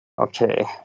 Okay